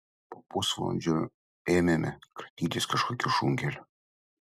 po pusvalandžio ėmėme kratytis kažkokiu šunkeliu